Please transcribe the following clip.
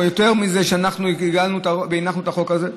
יותר מאז שהגענו והנחנו את החוק הזה.